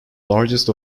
largest